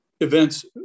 events